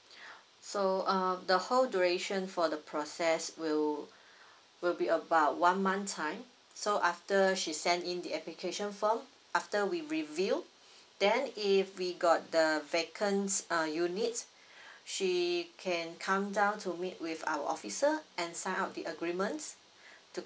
so um the whole duration for the process will will be about one month time so after she send in the application form after we review then if we got the vacants uh units she can come down to meet with our officer and sign up the agreements to